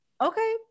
okay